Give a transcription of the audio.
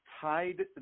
tied